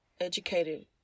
educated